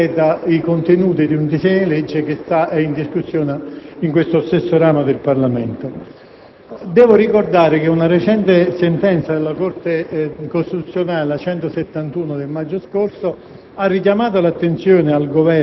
anticipa o completa i contenuti di un disegno di legge che è in discussione in questo stesso ramo del Parlamento. Devo ricordare che una recente sentenza della Corte costituzionale, la n. 171 del maggio scorso,